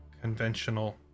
conventional